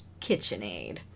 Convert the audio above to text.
KitchenAid